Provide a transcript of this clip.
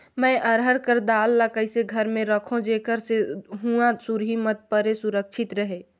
मैं अरहर कर दाल ला कइसे घर मे रखों जेकर से हुंआ सुरही मत परे सुरक्षित रहे?